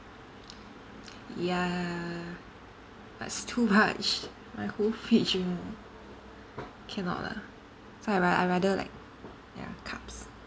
ya but it's too much my whole fridge you know cannot lah so I ra~ I rather like ya cups